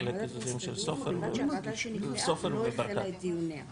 שהן אלה שעלולות לסבך את הבחירות לרבנות